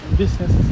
business